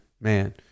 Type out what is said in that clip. man